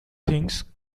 things